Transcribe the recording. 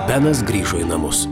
benas grįžo į namus